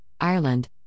Ireland